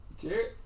Cheers